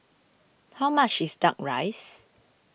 how much is Duck Rice